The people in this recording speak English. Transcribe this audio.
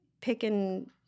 picking